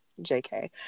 JK